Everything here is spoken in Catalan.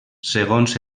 segons